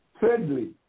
Thirdly